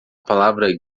palavra